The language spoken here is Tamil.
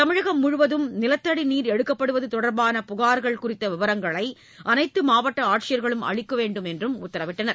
தமிழகம் முழுவதும் நிலத்தடி நீர் எடுக்கப்படுவது தொடர்பான புகார்கள் குறித்த விவரங்களை அனைத்து மாவட்ட ஆட்சியர்களும் அளிக்குமாறு அவர்கள் உத்தரவிட்டனர்